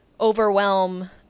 overwhelm